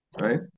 right